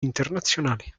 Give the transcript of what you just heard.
internazionali